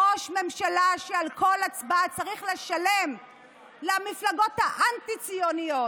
ראש ממשלה שעל כל הצבעה צריך לשלם למפלגות האנטי-ציוניות,